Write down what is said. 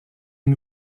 une